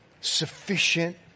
sufficient